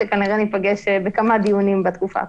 שכנראה ניפגש בכמה דיונים בתקופה הקרובה.